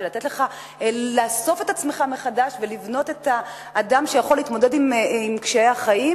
לתת לך לאסוף את עצמך מחדש ולבנות את האדם שיכול להתמודד עם קשיי החיים,